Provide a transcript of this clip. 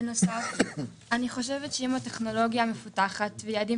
בנוסף אני חושבת שעם הטכנולוגיה המפותחת ויעדים